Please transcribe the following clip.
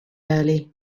early